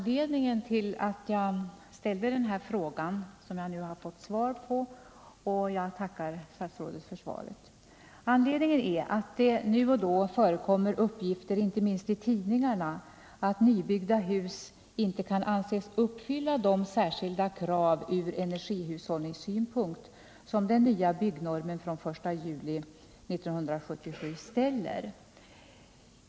Herr talman! Jag tackar statsrådet för svaret på min fråga. Anledningen till att jag ställde den här frågan är att det nu och då förekommer uppgifter inte minst i tidningarna att nybyggda hus inte kan anses uppfylla de särskilda krav ur energihushållningssynpunkt som den nya byggnormen från den 1 juli 1977 ställer.